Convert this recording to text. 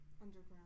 Underground